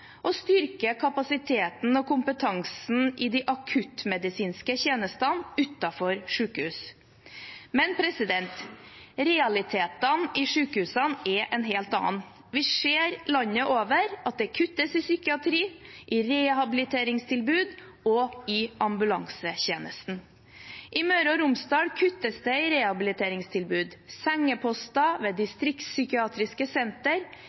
tjenestene styrke kapasiteten og kompetansen i de akuttmedisinske tjenestene utenfor sykehus Men realitetene i sykehusene er noe helt annet. Vi ser at det landet over kuttes i psykiatri, rehabiliteringstilbud og ambulansetjenesten. I Møre og Romsdal kuttes det i rehabiliteringstilbud, sengeposter ved distriktspsykiatriske senter,